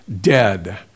dead